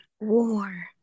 War